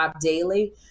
Daily